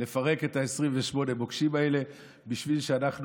לפרק את 28 המוקשים האלה בשביל שאנחנו